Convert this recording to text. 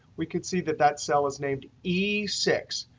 we can see that that cell is named e six.